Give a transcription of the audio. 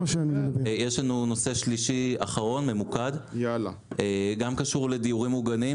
נושא שלישי ואחרון, ממוקד, גם קשור לדיור מוגן.